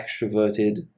extroverted